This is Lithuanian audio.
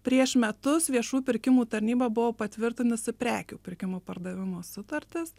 prieš metus viešųjų pirkimų tarnyba buvo patvirtinusi prekių pirkimo pardavimo sutartis